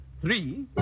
Three